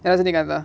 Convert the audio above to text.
rajanikhanth ah